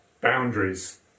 Boundaries